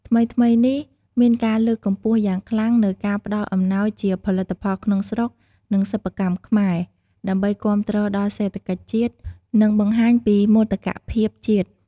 ថ្មីៗនេះ មានការលើកកម្ពស់យ៉ាងខ្លាំងនូវការផ្តល់អំណោយជាផលិតផលក្នុងស្រុក និងសិប្បកម្មខ្មែរ ដើម្បីគាំទ្រដល់សេដ្ឋកិច្ចជាតិ និងបង្ហាញពីមោទកភាពជាតិ។